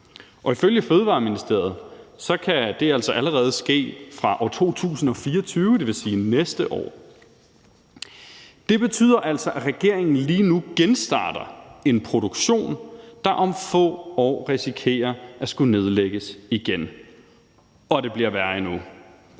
Og ifølge Fødevareministeriet kan det altså allerede ske fra år 2024, dvs. næste år. Det betyder altså, at regeringen lige nu genstarter en produktion, der om få år risikerer at skulle nedlægges igen. Og det bliver værre endnu.